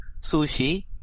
sushi